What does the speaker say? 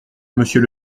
monsieur